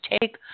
take –